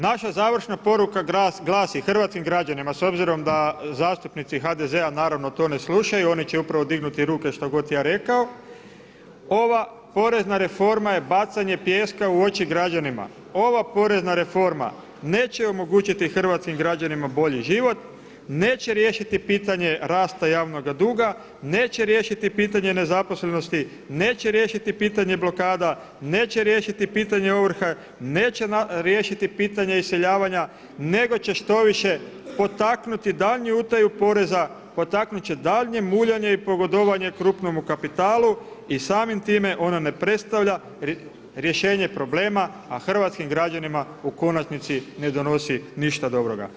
Naša završna poruka hrvatskim građanima glasi s obzirom da zastupnici HDZ-a naravno to ne slušaju, oni će upravo dignuti ruke što god ja rekao, ova porezna reforma je bacanje pijeska u oči građanima, ova porezna reforma neće omogućiti hrvatskim građanima bolji život, neće riješiti pitanje rasta javnoga duga, neće riješiti pitanje nezaposlenosti, neće riješiti pitanje blokada, neće riješiti pitanje ovrha, neće riješiti iseljavanja nego će štoviše potaknuti daljnju utaju poreza, potaknut će daljnje muljanje i pogodovanje krupnome kapitalu i samim time ona ne predstavlja rješenje problema, a hrvatskim građanima u konačnici ne donosi ništa dobroga.